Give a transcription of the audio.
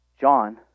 John